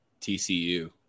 TCU